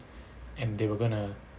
and they were going to